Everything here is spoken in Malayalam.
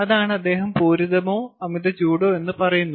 അതാണ് അദ്ദേഹം പൂരിതമോ അമിത ചൂടോ എന്ന് പറയുന്നത്